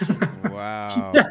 Wow